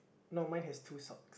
no mine has two socks